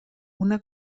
una